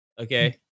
Okay